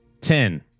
Ten